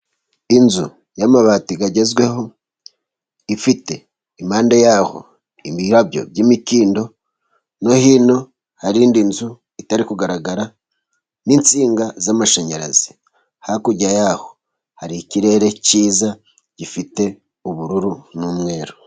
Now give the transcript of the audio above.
Inzu y'amabati agezweho, ifite iruhande rwaho imirabyo y'imikindo, no hino hari indi nzu itari kugaragara n'insinga z'amashanyarazi, hakurya yaho hari ikirere cyiza gifite ubururu n'umweru.